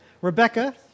Rebecca